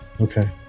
Okay